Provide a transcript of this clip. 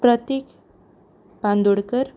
Prateek Bandodkar